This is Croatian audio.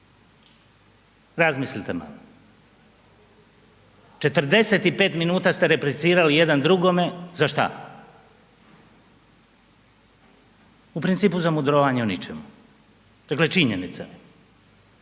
Razmislite malo, 45 minuta ste replicirali jedan drugome za šta? U principu za mudrovanje u ničemu. Dakle činjenica